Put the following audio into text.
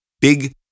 big